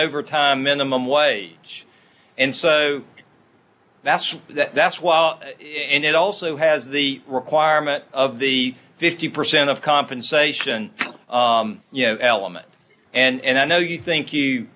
overtime minimum wage and so that's that that's well it also has the requirement of the fifty percent of compensation you know element and i know you think